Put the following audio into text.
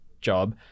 job